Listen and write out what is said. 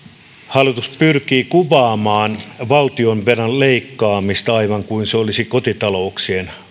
hallitus pyrkii kuvaamaan valtionvelan leikkaamista aivan kuin se olisi kotitalouksien